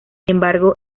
embargo